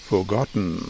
Forgotten